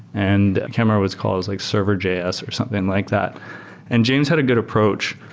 and a camera was called as like server js or something like that and james had a good approach.